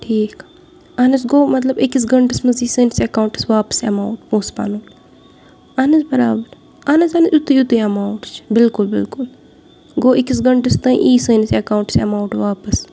ٹھیٖک اَہن حظ گوٚو مطلب أکِس گنٹَس منٛز یہِ سٲنِس ایکوَنٹس واپَس ایمَوُنٹ پونٛسہٕ پَنُن اَہن حظ برابر اَہن حظ اَہن حظ یتُے ایمَوُنٹ چھُ بِلکُل بِلکُل گوٚو أکِس گَنٹَس تانۍ یہِ سٲنِس ایکَونَٹس ایمَوُنٹ واپَس